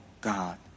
God